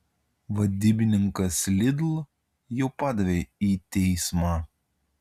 vadybininkas lidl jau padavė į teismą